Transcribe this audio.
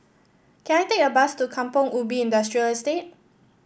can I take a bus to Kampong Ubi Industrial Estate